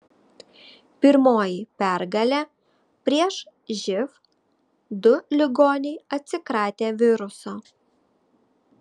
pirmoji pergalė prieš živ du ligoniai atsikratė viruso